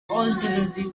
already